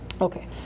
Okay